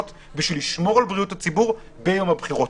כדי לשמור על בריאות הציבור ביום הבחירות.